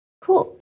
cool